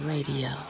Radio